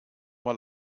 mal